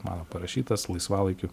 mano parašytas laisvalaikiu